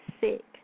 sick